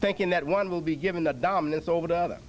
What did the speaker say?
thinking that one will be given the dominance over the